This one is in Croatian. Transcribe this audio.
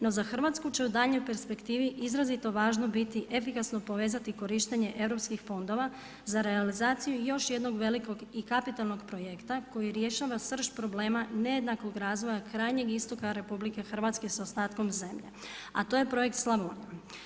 No za Hrvatsku će u daljnjoj perspektivi izrazito važno biti efikasno povezati korištenje europskih fondova za realizaciju još jednog velikog i kapitalnog projekta, koji rješava srž problema nejednakog razdoblja krajnjeg istoga RH sa ostatkom zemlje, a to je Projekt Slavonija.